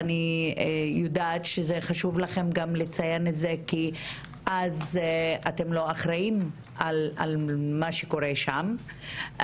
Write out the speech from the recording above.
אני יודעת שחשוב לכם לציין את זה כי אז אתם לא אחראים למה שקורה שם.